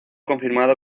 confirmado